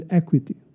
equity